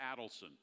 Adelson